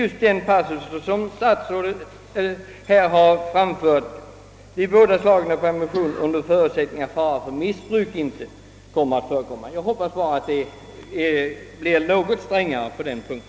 Justitieministern uttalar i sitt svar: »För båda slagen av permission gäller som förutsättning att fara för missbruk inte kan anses föreligga.» Det är min förhoppning att bedömningen skall bli något strängare på denna punkt.